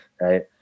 Right